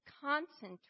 concentrate